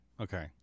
Okay